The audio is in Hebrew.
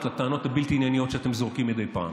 לטענות הבלתי-ענייניות שאתם זורקים מדי פעם.